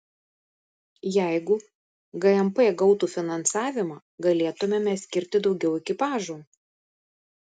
jeigu gmp gautų finansavimą galėtumėme skirti daugiau ekipažų